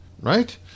right